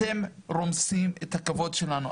אתם רומסים את הכבוד שלנו,